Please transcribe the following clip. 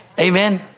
Amen